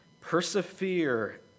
persevere